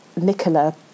Nicola